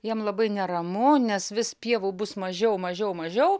jam labai neramu nes vis pievų bus mažiau mažiau mažiau